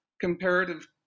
comparative